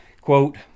Quote